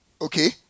Okay